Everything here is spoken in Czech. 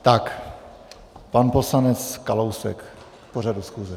Tak, pan poslanec Kalousek k pořadu schůze.